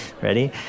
Ready